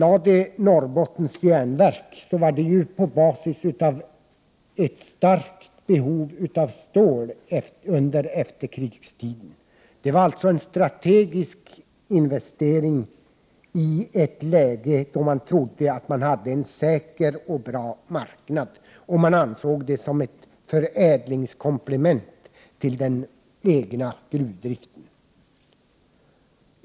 När Norrbottens järnverk anlades var det på basis av ett stort behov av stål under efterkrigstiden. Det var alltså en strategisk investering i ett läge då man trodde att det fanns en säker och bra marknad. Det ansågs vara ett förädlingskomplement till den egna gruvdriften.